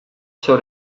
suo